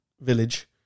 village